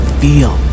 feel